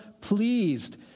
pleased